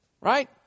Right